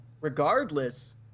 regardless